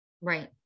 Right